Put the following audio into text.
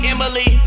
Emily